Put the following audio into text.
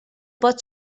pot